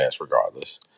regardless